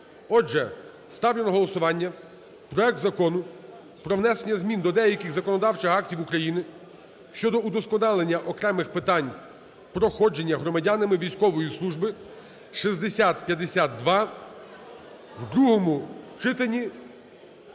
Отже, ставлю на голосування проект Закону про внесення змін до деяких законодавчих актів України (щодо удосконалення окремих питань проходження громадянами військової служби) (6052) в другому читанні